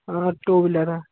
हाँ two wheeler है